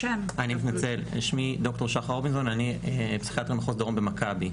סליחה, אני פסיכיאטר מחוז דרום ב"מכבי".